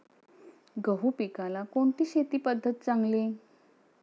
गहू पिकाला कोणती शेती पद्धत चांगली?